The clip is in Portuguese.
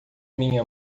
minha